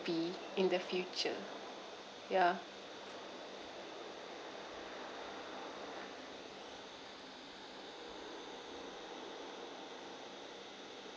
be in the future ya